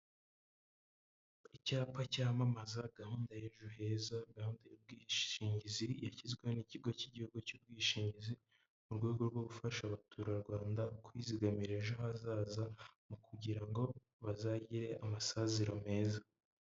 Icyapa cyamamaza gahunda y'ejo heza gahunda y'ubwishingizi yashyizweho n'ikigo cy'igihugu cy'ubwishingizi mu rwego rwo gufasha abaturarwanda kwizigamira ejo hazaza mu kugira ngo bazagire amasaziro meza.